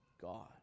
God